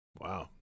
Wow